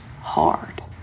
hard